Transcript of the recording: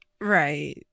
right